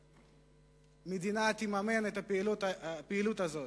המדינה תממן את הפעילות הזאת.